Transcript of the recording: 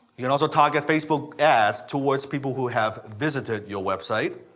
you can also target facebook ads towards people who have visited your website.